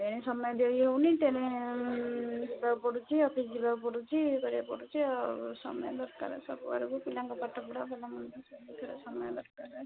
ଏ ସମୟ ଦେଇହେଉନି ତେଣୁ ପଡ଼ୁଛି ଅଫିସ୍ ଯିବାକୁ ପଡ଼ୁଛି ୟେ କରିବାକୁ ପଡ଼ୁଛି ଆଉ ସମୟ ଦରକାର ସବୁଆଡ଼ୁ ପିଲାଙ୍କ ପାଠପଢ଼ା ଭଲମନ୍ଦ ସବୁଥିରେ ସମୟ ଦରକାରେ